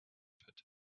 pit